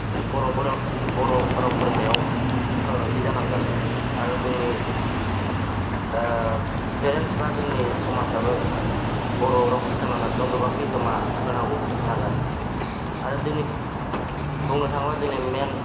बर' राव फोरोंनायाव सांग्रांथि जानांगोन आरो जोंनि पेरेन्टस बा जोंनि समाजाबो बर' रावखौ फोथांना लाखिनायाव गोबां बिहोमा होनांगौ जागोन आरो जोंनि बुंनो थाङोब्ला जोंनि मेन